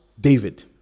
David